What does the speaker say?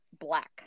black